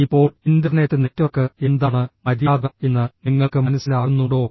ഇപ്പോൾ internet network എന്താണ് മര്യാദ എന്ന് നിങ്ങൾക്ക് മനസ്സിലാകുന്നുണ്ടോ